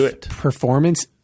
performance